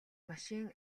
машин